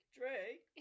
drake